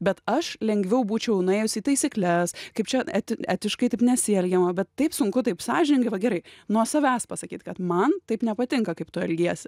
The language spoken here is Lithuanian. bet aš lengviau būčiau nuėjusi į taisykles kaip čia et etiškai taip nesielgiama bet taip sunku taip sąžiningai va gerai nuo savęs pasakyti kad man taip nepatinka kaip tu elgiesi